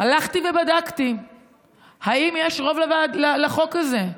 הלכתי ובדקתי אם יש רוב לחוק הזה,